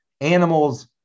animals